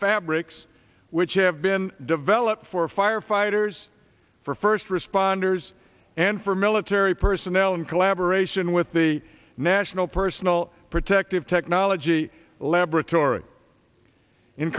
fabrics which have been developed for firefighters for first responders and for military personnel in collaboration with the national personal protective technology laboratory in